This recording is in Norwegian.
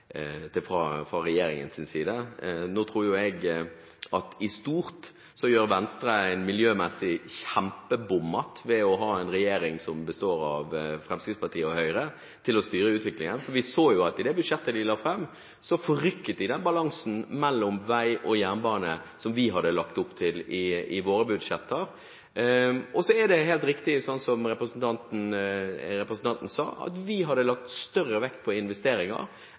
til fra regjeringens side. Nå tror jo jeg at Venstre i stort gjør en miljømessig kjempebommert ved å ha en regjering som består av Fremskrittspartiet og Høyre, til å styre utviklingen. For vi så jo at i det budsjettet de la fram, forrykket de den balansen mellom vei og jernbane som vi hadde lagt opp til i våre budsjetter. Så er det helt riktig som representanten sa, at vi hadde lagt større vekt på investeringer